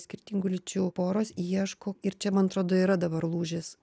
skirtingų lyčių poros ieško ir čia man atrodo yra dabar lūžis